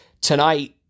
tonight